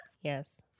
Yes